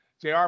JR